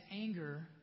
anger